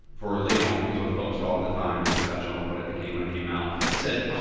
for leon, was what the film was called at the time, the professional, what it became when it came out, said, ah